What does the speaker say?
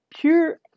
pure